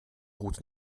route